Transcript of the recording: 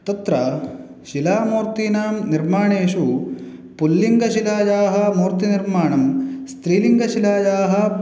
तत्र शिलामूर्तीणां निर्माणेषु पुल्लिङ्गशिलायाः मूर्तिनिर्माणं स्त्रील्लिङ्गशिलायाः